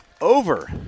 over